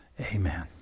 Amen